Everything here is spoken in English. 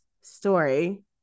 story